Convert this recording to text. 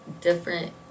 different